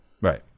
Right